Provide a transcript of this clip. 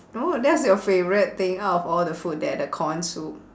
oh that's your favourite thing out of all the food there the corn soup